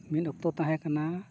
ᱢᱤᱫ ᱚᱠᱛᱚ ᱛᱟᱦᱮᱸ ᱠᱟᱱᱟ